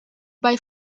bei